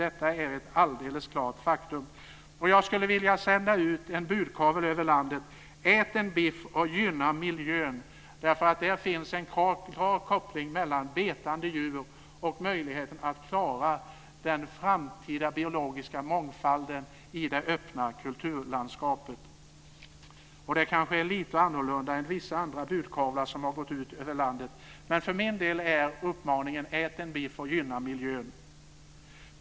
Detta är ett alldeles klart faktum. Jag skulle vilja sända ut en budkavle över landet: Ät en biff och gynna miljön! Där finns en klar koppling mellan betande djur och möjligheten att klara den framtida biologiska mångfalden i det öppna kulturlandskapet. Det kanske är lite annorlunda än vissa andra budkavlar som har gått ut över landet, men för min del är uppmaningen: Ät en biff och gynna miljön!